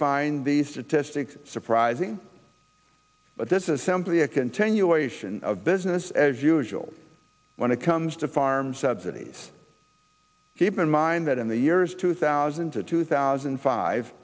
find these statistics surprising but this is simply a continuation of business as usual when it comes to farm subsidies keep in mind that in the years two thousand to two thousand